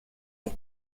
les